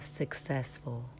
successful